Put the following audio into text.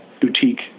boutique